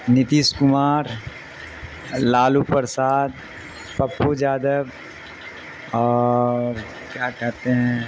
نیتیس کمار لالو پرساد پپو جادب اور کیا کہتے ہیں